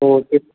हो तेच